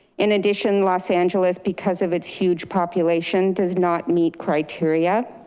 in addition, los angeles, because of its huge population does not meet criteria.